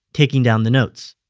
taking down the notes.